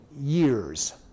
years